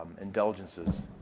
indulgences